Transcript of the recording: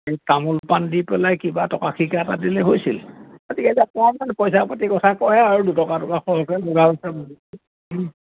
এই তামোলপাান দি পেলাই কিবা টকা শিকা এটা দিলে হৈছিল